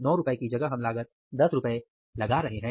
₹9 की जगह हम लागत ₹10 लगा रहे हैं